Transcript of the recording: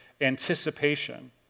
anticipation